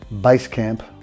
Basecamp